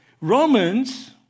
Romans